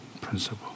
principle